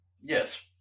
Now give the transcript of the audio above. Yes